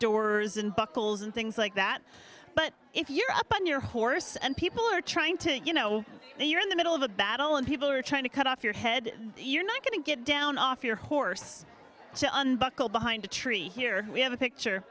doors and buckles and things like that but if you're up on your horse and people are trying to you know you're in the middle of a battle and people are trying to cut off your head you're not going to get down off your horse unbuckled behind a tree here we have a picture